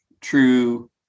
true